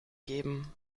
geben